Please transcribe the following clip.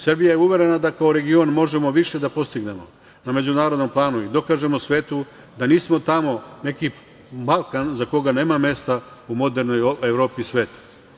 Srbija je uverena da kao region možemo više da postignemo na međunarodnom planu i dokažemo svetu da nismo tamo neki Balkan za koga nema mesta u modernoj Evropi sveta.